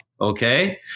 Okay